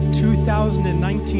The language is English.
2019